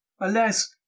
Alas